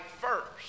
first